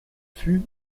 fut